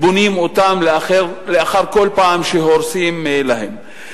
בונים אותם לאחר כל פעם שהורסים להם.